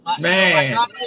Man